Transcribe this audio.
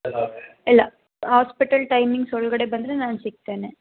ಇಲ್ಲ hospital timings ಒಳಗಡೆ ಬಂದರೆ ನಾನು ಸಿಗ್ತೇನೆ